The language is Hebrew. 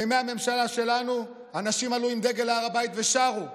בימי הממשלה שלנו אנשים עלו עם דגל להר הבית ושרו,